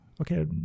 okay